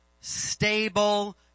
stable